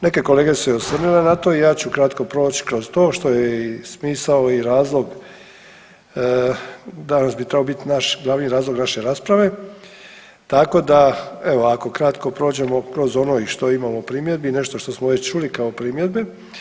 Neke kolege su se i osvrnule na to i ja ću kratko proć kroz to što je i smisao i razlog, danas bi trebao biti naš glavni razlog naše rasprave, tako da evo ako kratko prođemo kroz ono što imamo i primjedbi nešto što smo već čuli kao primjedbe.